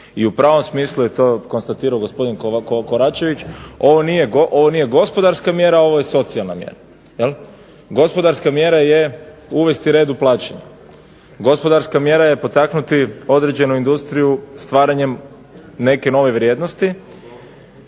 I u pravom smislu je to konstatirao gospodin KOračević ovo nije gospodarska mjera, ovo je socijalna mjera. Gospodarska mjera je uvesti red u plaćanje, gospodarska mjera je potaknuti određenu industriju stvaranjem neke nove vrijednosti,